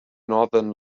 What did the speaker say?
northern